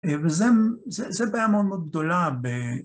וזה, זה, זה בעיה מאוד מאוד גדולה ב...